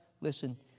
Listen